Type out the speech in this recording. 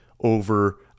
over